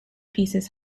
pieces